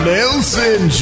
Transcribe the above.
Nelson